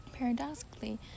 Paradoxically